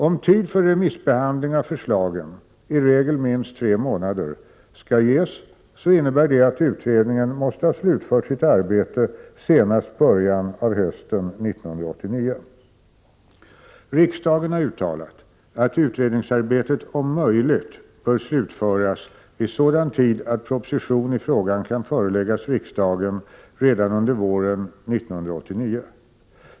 Om tid för remissbehandling av förslagen — i regel minst tre månader — skall ges innebär det att utredningen måste ha slutfört sitt arbete senast i början av hösten 1989. Riksdagen har uttalat att utredningsarbetet om möjligt bör slutföras i sådan tid att proposition i frågan kan föreläggas riksdagen redan under våren 1989.